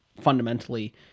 fundamentally